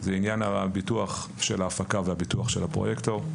זה עניין הביטוח של ההפקה וביטוח הפרויקטור.